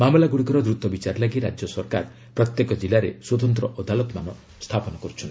ମାମଲା ଗୁଡ଼ିକର ଦ୍ରୁତ ବିଚାରଲାଗି ରାଜ୍ୟ ସରକାର ପ୍ରତେକ ଜିଲ୍ଲାରେ ସ୍ୱତନ୍ତ ଅଦାଲତମାନ ସ୍ଥାପନ କରୁଛନ୍ତି